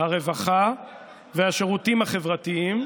הרווחה והשירותים החברתיים,